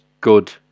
good